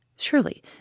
Surely